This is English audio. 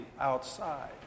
outside